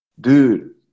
dude